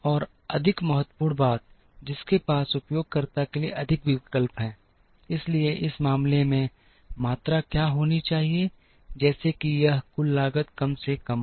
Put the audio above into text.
और अधिक महत्वपूर्ण बात जिसके पास उपयोगकर्ता के लिए अधिक विकल्प हैं इसलिए इस मामले में मात्रा क्या होनी चाहिए जैसे कि यह कुल लागत कम से कम हो